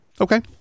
Okay